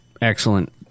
excellent